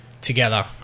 together